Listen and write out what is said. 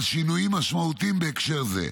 על שינויים משמעותיים בהקשר זה.